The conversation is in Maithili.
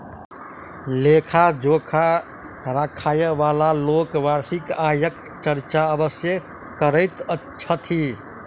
लेखा जोखा राखयबाला लोक वार्षिक आयक चर्चा अवश्य करैत छथि